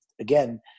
again